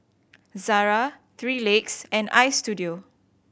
Zara Three Legs and Istudio